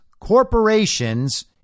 corporations